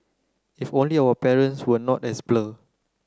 if only our parents were not as blur